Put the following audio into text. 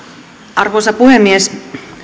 arvoisa puhemies